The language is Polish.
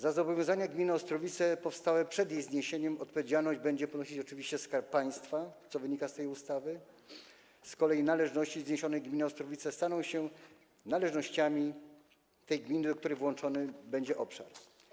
Za zobowiązania gminy Ostrowice powstałe przed jej zniesieniem odpowiedzialność będzie ponosić oczywiście Skarb Państwa, co wynika z tej ustawy, z kolei należności zniesionej gminy Ostrowice staną się należnościami tej gminy, do której włączony będzie obszar.